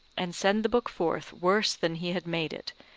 and send the book forth worse than he had made it,